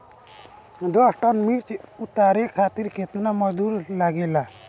दस टन मिर्च उतारे खातीर केतना मजदुर लागेला?